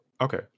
Okay